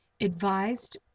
advised